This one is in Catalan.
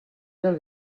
del